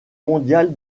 mondiale